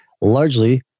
Largely